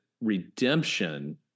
redemption